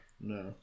No